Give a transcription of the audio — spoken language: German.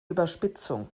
überspitzung